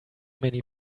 many